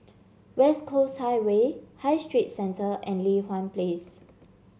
West Coast Highway High Street Centre and Li Hwan Place